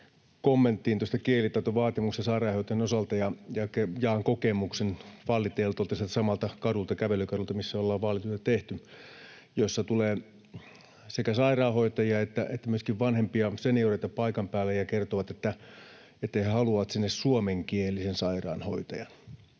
kommenttiin tästä kielitaitovaatimuksesta sairaanhoitajan osalta ja jaan kokemuksen vaaliteltoilta sieltä samalta kävelykadulta, missä ollaan vaalityötä tehty ja missä tulee paikan päälle sekä sairaanhoitajia että myöskin vanhempia senioreita, jotka kertovat, että he haluavat sinne suomenkielisen sairaanhoitajan.